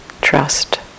Trust